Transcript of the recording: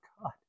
God